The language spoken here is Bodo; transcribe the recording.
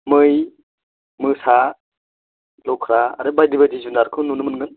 मै मोसा लख्रा आरो बायदि बायदि जुनारखौ नुनो मोनगोन